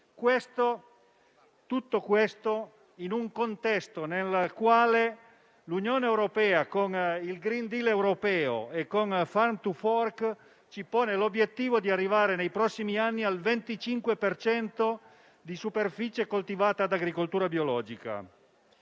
Tutto questo avviene in un contesto nel quale l'Unione europea, con il *green deal* europeo e come *farm to fork*, si pone l'obiettivo di arrivare nei prossimi anni al 25 per cento di superficie coltivata ad agricoltura biologica.